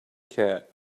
cat